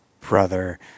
brother